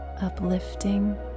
uplifting